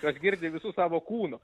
jos girdi visu savo kūnu